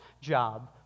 job